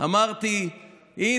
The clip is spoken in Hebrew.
פוגעים בזכויות יסוד, אדוני